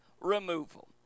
removal